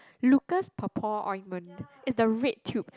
Lucas Papaw Ointment is the red tube